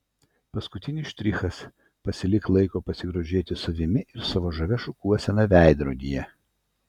paskutinis štrichas pasilik laiko pasigrožėti savimi ir savo žavia šukuosena veidrodyje